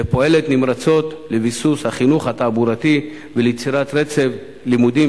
ופועלת נמרצות לביסוס החינוך התעבורתי וליצירת רצף לימודים